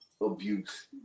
abuse